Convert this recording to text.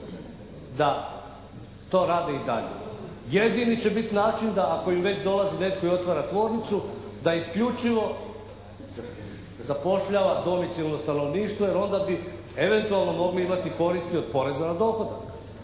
da to rade i dalje. Jedini će biti način da ako im već dolazi netko i otvara tvornicu da isključivo zapošljava domicilno stanovništvo, jer onda bi eventualno mogli imati koristi od poreza na dohodak.